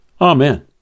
Amen